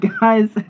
guys